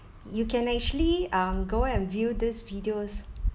you can actually um go and view these videos